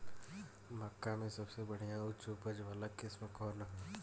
मक्का में सबसे बढ़िया उच्च उपज वाला किस्म कौन ह?